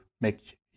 make